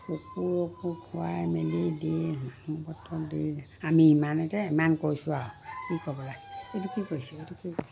কুকুৰকো খোৱাই মেলি দি আমি ইমানতে ইমান কৈছোঁ আৰু কি ক'ব লাগে এইটো কি কৰিছিল এইটো কি কৰি